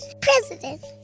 president